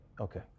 Okay